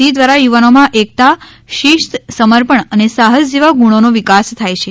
C દ્વારા યુવાનોમાં એકતા શિસ્ત સમર્પણ અને સાહસ જેવા ગુણોનો વિકાસ થાય છે